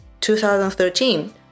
2013